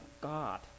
God